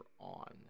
on